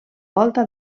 volta